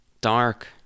dark